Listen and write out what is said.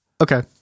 Okay